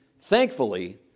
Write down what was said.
Thankfully